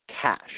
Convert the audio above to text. cash